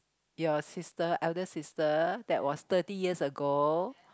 your sister eldest sister that was thirty years ago